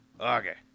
Okay